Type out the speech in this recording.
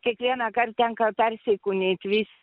kiekvienąkart tenka persikūnyt vis